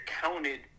counted